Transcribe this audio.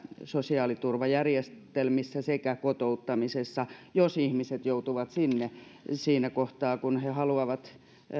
sosiaaliturvajärjestelmissä sekä kotouttamisessa jos ihmiset joutuvat sinne siinä kohtaa kun he haluavat